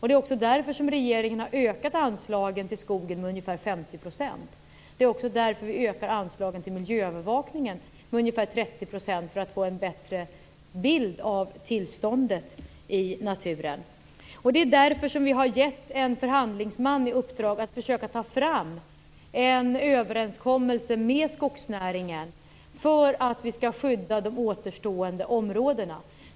Det är också därför som regeringen har ökat anslaget till skogen med ungefär 50 %. Vi ökar anslaget till miljöövervakningen med ungefär 30 % för att få en bättre bild av tillståndet i naturen. Vi har också gett en förhandlingsman i uppdrag att försöka ta fram en överenskommelse med skogsnäringen för att vi skall skydda de återstående områdena.